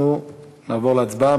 אנחנו נעבור להצבעה.